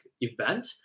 event